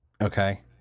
Okay